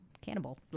cannibal